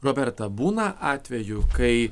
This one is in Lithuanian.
roberta būna atvejų kai